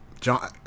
John